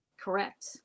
Correct